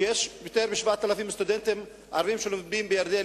היא שיש יותר מ-7,000 סטודנטים ערבים שלומדים בירדן,